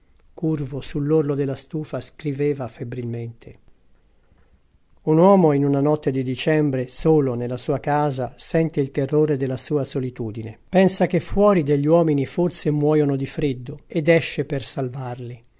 curvo sull'orlo della stufa scriveva febbrilmente un uomo in una notte di dicembre solo nella sua casa sente il terrore della sua solitudine pensa che fuori degli uomini forse muoiono di freddo ed esce per salvarli